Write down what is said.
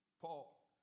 Paul